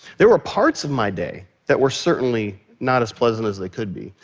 there were parts of my day that were certainly not as pleasant as they could be,